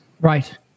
Right